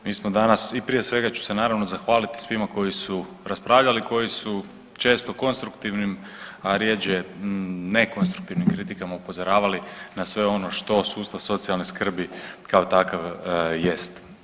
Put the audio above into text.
Mi smo danas, i prije svega ću se naravno zahvaliti svima koji su raspravljali, koji su često konstruktivnim, a rjeđe ne konstruktivnim kritikama upozoravali na sve ono što sustav socijalne skrbi kao takav jest.